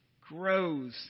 grows